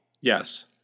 Yes